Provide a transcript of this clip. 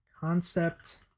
Concept